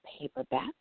paperback